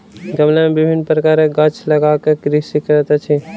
गमला मे विभिन्न प्रकारक गाछ लगा क कृषि करैत अछि